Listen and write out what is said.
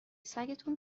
سگتون